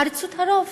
עריצות הרוב,